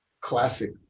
classic